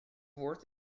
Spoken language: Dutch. woord